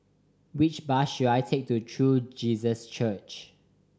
which bus should I take to True Jesus Church